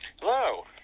Hello